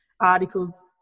articles